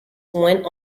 went